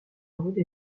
rude